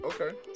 Okay